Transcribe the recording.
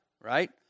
right